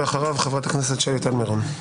ואחריו חברת הכנסת שלי טל מירון.